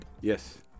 Yes